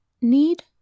need